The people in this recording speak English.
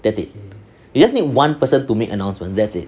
that's it you just need one person to make announcement that's it